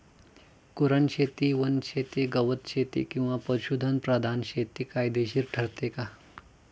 कुरणशेती, वनशेती, गवतशेती किंवा पशुधन प्रधान शेती फायदेशीर ठरते का?